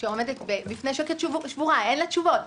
שעומדת בפני שוקת שבורה, אין לה תשובות.